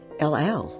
LL